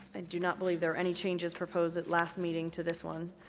and do not believe there are any changes proposed at last meeting to this one